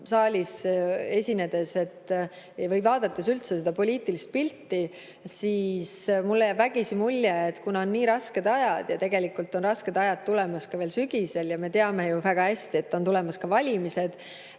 saalis esinedes või vaadates üldse seda poliitilist pilti, ja jääb vägisi mulje, et kuna on nii rasked ajad – tegelikult on rasked ajad tulemas veel sügisel ja me teame ju väga hästi, et on tulemas ka valimised